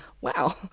wow